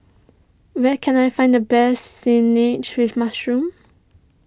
where can I find the best Spinach with Mushroom